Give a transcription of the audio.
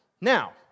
now